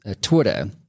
Twitter